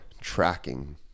tracking